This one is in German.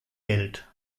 geld